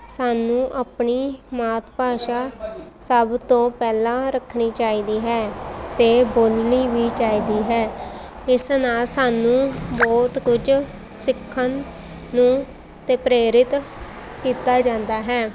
ਸਾਨੂੰ ਆਪਣੀ ਮਾਤ ਭਾਸ਼ਾ ਸਭ ਤੋਂ ਪਹਿਲਾਂ ਰੱਖਣੀ ਚਾਹੀਦੀ ਹੈ ਅਤੇ ਬੋਲਣੀ ਵੀ ਚਾਹੀਦੀ ਹੈ ਇਸ ਨਾਲ ਸਾਨੂੰ ਬਹੁਤ ਕੁਝ ਸਿੱਖਣ ਨੂੰ ਅਤੇ ਪ੍ਰੇਰਿਤ ਕੀਤਾ ਜਾਂਦਾ ਹੈ